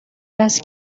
است